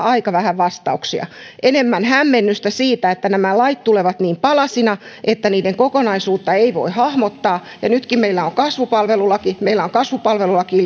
aika vähän vastauksia enemmän hämmennystä siitä että nämä lait tulevat niin palasina että niiden kokonaisuutta ei voi hahmottaa nytkin meillä on kasvupalvelulaki meillä on kasvupalvelulakiin